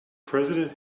president